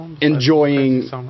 enjoying